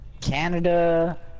Canada